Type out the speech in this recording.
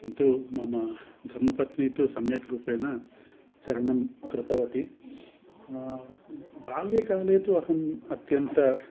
किन्तु मम धर्मपत्नी तु सम्यक् रूपेण चारणं कृतवती बाल्यकाले तु अहम् अत्यन्तं